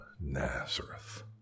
Nazareth